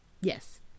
Yes